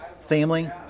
Family